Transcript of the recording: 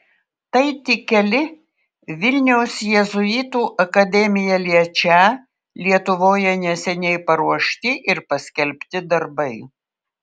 tai tik keli vilniaus jėzuitų akademiją liečią lietuvoje neseniai paruošti ir paskelbti darbai